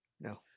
No